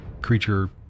creature